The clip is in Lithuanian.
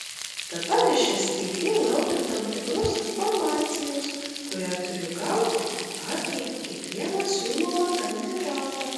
dabar iš stt laukiu tam tikros informacijos kurią turiu gauti apie kiekvieną siūlomą kandidatą